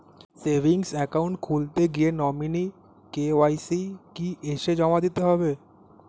Savings account খুলতে গিয়ে nominee KYC কি এসে জমা দিতে হবে?